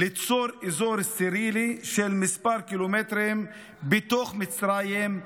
ליצור אזור סטרילי של מספר קילומטרים בתוך מצרים,